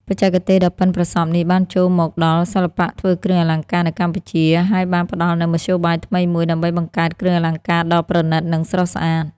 បច្ចេកទេសដ៏ប៉ិនប្រសប់នេះបានចូលមកដល់សិល្បៈធ្វើគ្រឿងអលង្ការនៅកម្ពុជា ហើយបានផ្តល់នូវមធ្យោបាយថ្មីមួយដើម្បីបង្កើតគ្រឿងអលង្ការដ៏ប្រណិត និងស្រស់ស្អាត។